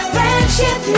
Friendship